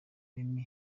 remy